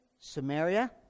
Samaria